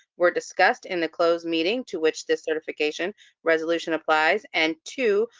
were discussed in the closed meeting to which this certification resolution applies, and two,